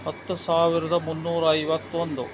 ಹತ್ತು ಸಾವಿರದ ಮುನ್ನೂರ ಐವತ್ತೊಂದು